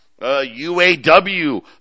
UAW